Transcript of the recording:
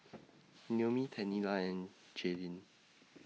Noemi Tennille and Jaylyn